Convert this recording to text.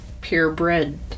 purebred